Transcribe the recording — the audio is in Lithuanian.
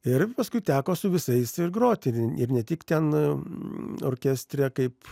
ir paskui teko su visais ir groti ir ne tik ten orkestre kaip